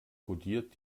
kodiert